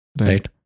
Right